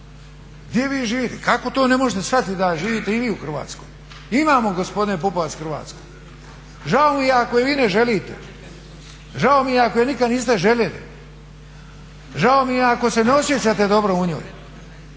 Gdje vi živite? Kako to ne možete shvatiti da živite i vi u Hrvatskoj. Imamo gospodine Pupovac Hrvatsku. Žao mi je ako je vi ne želite, žao mi je ako je nikad niste željeli, žao mi je ako se ne osjećate dobro u njoj,